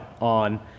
on